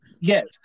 Yes